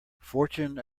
fortune